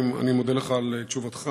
אני מודה לך על תשובתך.